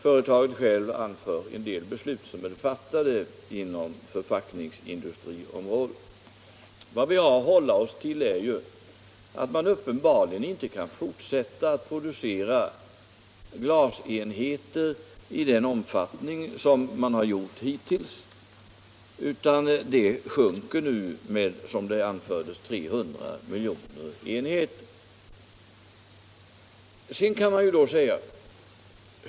Företaget har anfört en del beslut som fattats på förpackningsindustriområdet. Men vad vi har att hålla oss till är att man uppenbarligen inte kan fortsätta att producera glasenheter i den omfattning man gjort hittills, utan måste minska med 300 miljoner enheter.